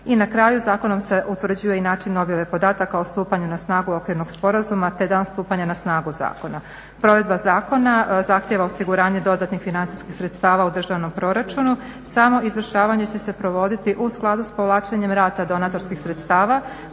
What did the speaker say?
I na kraju, zakonom se utvrđuje i način objave podataka o stupanju na snagu okvirnog sporazuma te dan stupanja na snagu zakona. Provedba zakona zahtijeva osiguranje dodatnih financijskih sredstava u državnom proračunu. Samo izvršavanje će se provoditi u skladu s povlačenjem rata donatorskih sredstava,